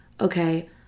okay